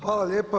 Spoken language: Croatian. Hvala lijepa.